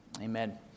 Amen